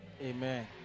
amen